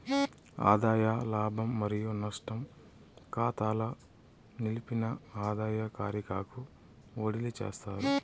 ఆదాయ లాభం మరియు నష్టం కాతాల నిలిపిన ఆదాయ కారిగాకు ఓడిలీ చేస్తారు